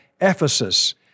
Ephesus